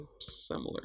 Similar